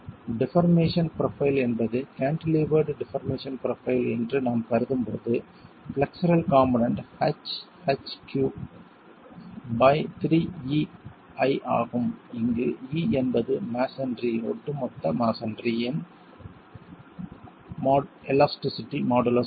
deformation profile என்பது cantilevered deformation profile என்று நாம் கருதும் போது பிளக்சரல் காம்போனென்ட் Hh33EI ஆகும் இங்கு E என்பது மஸோன்றி ஒட்டுமொத்த மஸோன்றி இன் எலாஸ்டிஸிட்டி மாடுலஸ் ஆகும்